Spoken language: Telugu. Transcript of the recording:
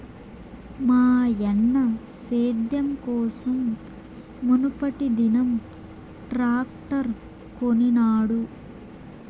మాయన్న సేద్యం కోసం మునుపటిదినం ట్రాక్టర్ కొనినాడు